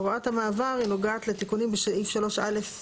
הוראת המעבר היא נוגעת לתיקונים בסעיף 3א,